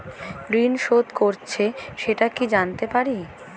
ঋণ শোধ করেছে সেটা কি জানতে পারি?